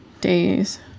days